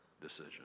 decision